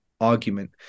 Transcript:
argument